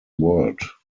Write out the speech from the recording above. word